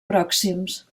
pròxims